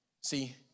See